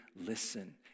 listen